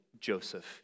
Joseph